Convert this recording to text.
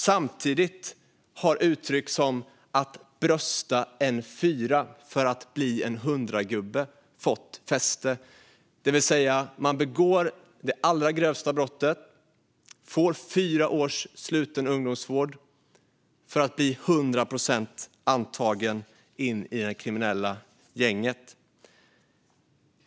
Samtidigt har uttryck som att brösta en fyra för att bli en hundragubbe fått fäste, det vill säga att man begår det allra grövsta brottet och får fyra års sluten ungdomsvård för att bli hundra procent antagen i det kriminella gänget.